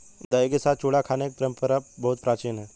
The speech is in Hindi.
दही के साथ चूड़ा खाने की परंपरा बहुत प्राचीन है